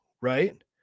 right